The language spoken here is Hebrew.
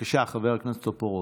חבר הכנסת טופורובסקי,